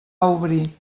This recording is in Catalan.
obrir